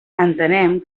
entenem